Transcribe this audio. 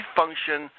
function